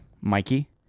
Mikey